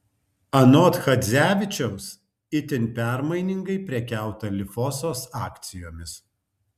anot chadzevičiaus itin permainingai prekiauta lifosos akcijomis